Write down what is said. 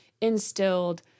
instilled